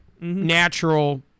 Natural